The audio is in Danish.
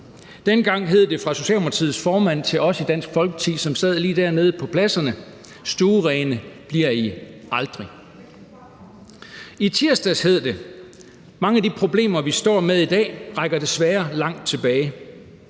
Dengang hed det fra Socialdemokratiets formand til os i Dansk Folkeparti, som sad lige dernede på pladserne: »Stuerene, det bliver I aldrig.« I tirsdags hed det, at mange af de problemer, som vi står med i dag, desværre rækker langt tilbage.